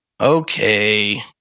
Okay